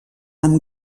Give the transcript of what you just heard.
amb